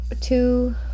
two